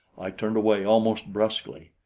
i turned away almost brusquely.